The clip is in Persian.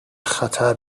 خطر